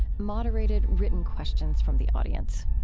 moderated written questions from the audience